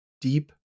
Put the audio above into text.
deep